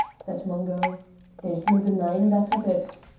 said mungo there's no denyin' that of it.